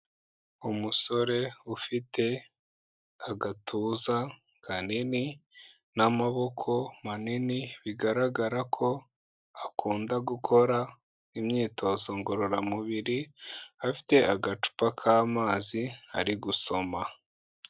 Umusore ufite agatuza kanini n'amaboko manini, bigaragara ko akunda gukora imyitozo ngororamubiri, afite agacupa k'amazi ari gusoma.